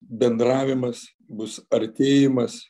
bendravimas bus artėjimas